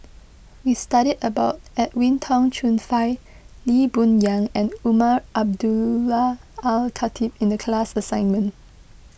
we studied about Edwin Tong Chun Fai Lee Boon Yang and Umar Abdullah Al Khatib in the class assignment